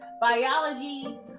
biology